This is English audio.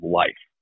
life